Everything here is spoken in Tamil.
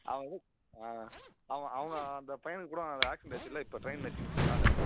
அவன் வந்து ஆ அவன் அவன் அந்த பையனுக்கு கூட அக்ஸிடெண்ட் ஆச்சுல இப்போ ட்ரெயின் நசிங்கிடுச்சுல்ல கால்